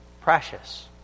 precious